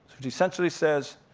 but essentially says,